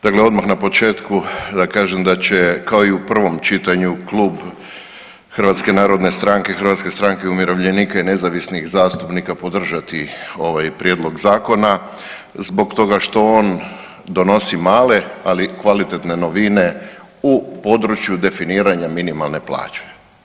Dakle odmah na početku da kažem da će kao i u prvom čitanju Klub HNS-a i HSU-a i Nezavisnih zastupnika podržati ovaj prijedlog zakona zbog toga što on donosi male, ali kvalitetne novine u području definiranja minimalne plaće.